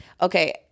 okay